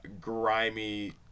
grimy